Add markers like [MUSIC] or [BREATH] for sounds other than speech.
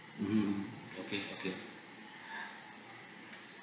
mm mm okay okay [BREATH]